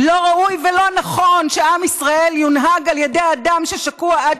לא ראוי ולא נכון שעם ישראל יונהג על ידי אדם ששקוע עד